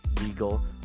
legal